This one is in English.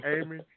Amy